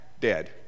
dead